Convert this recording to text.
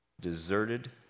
deserted